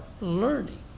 learning